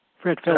Fred